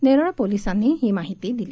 नेरळ पोलिसांनी ही माहिती दिली